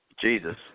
Jesus